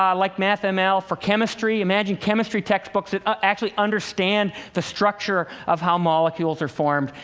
um like mathml, for chemistry. imagine chemistry textbooks that actually understand the structure of how molecules are formed.